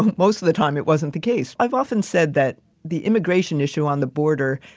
most of the time, it wasn't the case. i've often said that the immigration issue on the border,